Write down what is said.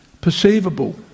perceivable